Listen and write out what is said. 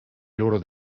loro